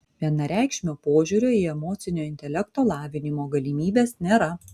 vienareikšmio požiūrio į emocinio intelekto lavinimo galimybes nėra